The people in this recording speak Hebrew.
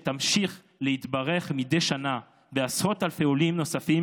ושנמשיך להתברך מדי שנה בעשרות אלפי עולים נוספים